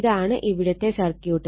ഇതാണ് ഇവിടുത്തെ സർക്യൂട്ട്